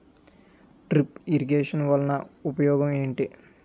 drip irrigation వలన ఉపయోగం ఏంటి